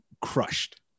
crushed